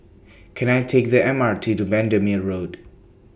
Can I Take The M R T to Bendemeer Road